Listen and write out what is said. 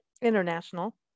international